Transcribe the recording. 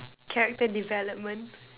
character development